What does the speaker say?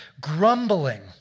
grumbling